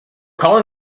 calling